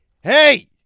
hey